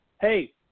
Hey